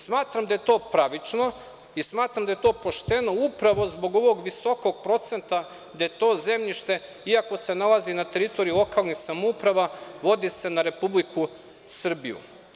Smatram da je to pravično i smatram da je to pošteno upravo zbog ovog visokog procenta da se to zemljište, iako se nalazi na teritoriji lokalnih samouprava, vodi na Republiku Srbiju.